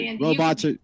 robots